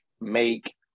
make